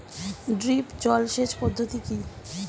Drip জল সেচ পদ্ধতি কি?